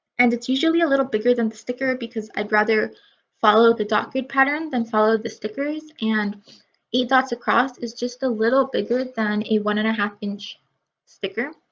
and it's usually a little bigger than the sticker because i'd rather follow the dot grid pattern than follow the stickers and eight dots across is just a little bigger than a one and a half inch sticker.